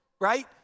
right